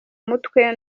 mutwe